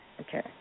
Okay